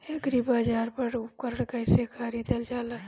एग्रीबाजार पर उपकरण कइसे खरीदल जाला?